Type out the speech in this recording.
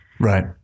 Right